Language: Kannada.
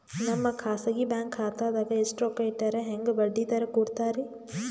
ನಮ್ಮ ಖಾಸಗಿ ಬ್ಯಾಂಕ್ ಖಾತಾದಾಗ ಎಷ್ಟ ರೊಕ್ಕ ಇಟ್ಟರ ಹೆಂಗ ಬಡ್ಡಿ ದರ ಕೂಡತಾರಿ?